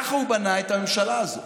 כך הוא בנה את הממשלה הזאת,